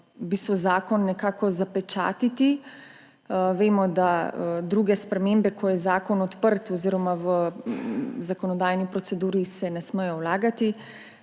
zakon nekako zapečatiti. Vemo, da se druge spremembe, ko je zakon odprt oziroma v zakonodajni proceduri, ne smejo vlagati.